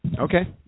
Okay